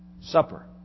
supper